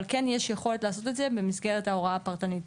אבל כן יש יכולת לעשות את זה במסגרת ההוראה הפרטנית.